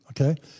Okay